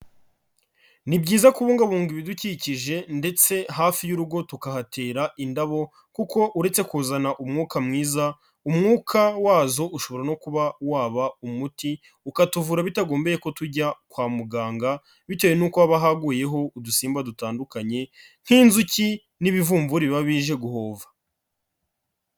Ni byiza kubungabunga ibidukikije ndetse hafi y'urugo tukahatera indabo kuko uretse kuzana umwuka mwiza, umwuka wazo ushobora no kuba waba umuti ukatuvura bitagombeye ko tujya kwa muganga, bitewe n'uko haba haguyeho udusimba dutandukanye nk'inzuki n'ibivumburi biba bije guhova.